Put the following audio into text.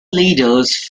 leaders